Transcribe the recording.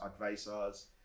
advisors